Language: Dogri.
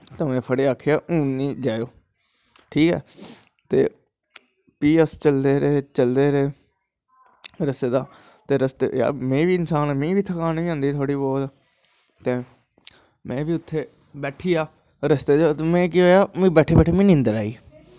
ते उ'नेंगी आक्खेआ हून नी जायो ते फ्ही अस चलदे रेह् चलदे रेह् रस्ते दा ते में बी इंसान में बी थकान आंदी थोह्ड़ी बौह्त ते में बी उत्थें बैठिया रस्ते च ते में केह् होया बैठे बैठे नींदर आई